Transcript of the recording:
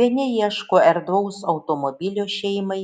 vieni ieško erdvaus automobilio šeimai